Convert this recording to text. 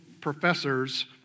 professors